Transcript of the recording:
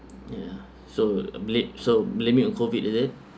ya so blame so blaming on COVID is it